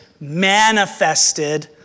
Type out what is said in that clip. manifested